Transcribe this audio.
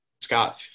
Scott